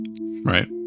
right